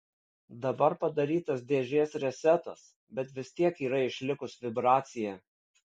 dabar padarytas dėžės resetas bet vis tiek yra išlikus vibracija